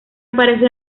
aparece